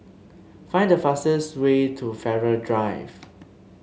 find the fastest way to Farrer Drive